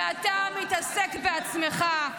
ואתה מתעסק בעצמך.